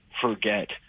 forget